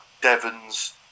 Devon's